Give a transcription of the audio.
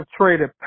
traded